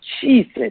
Jesus